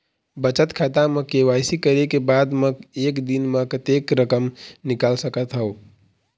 बचत खाता म के.वाई.सी करे के बाद म एक दिन म कतेक रकम निकाल सकत हव?